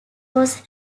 was